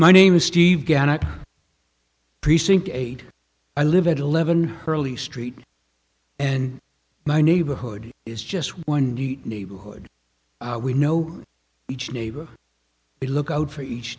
my name is steve gannett precinct eight i live at eleven hurley street and my neighborhood is just one neat neighborhood we know each neighbor we look out for each